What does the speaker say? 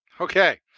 Okay